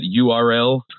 URL